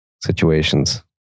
Situations